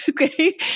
Okay